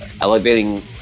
elevating